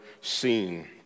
seen